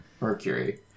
Mercury